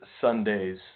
Sundays